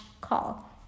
call